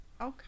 Okay